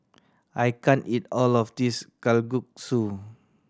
I can't eat all of this Kalguksu